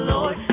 Lord